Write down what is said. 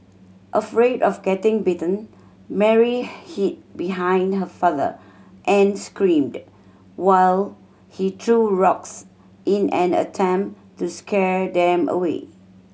afraid of getting bitten Mary hid behind her father and screamed while he threw rocks in an attempt to scare them away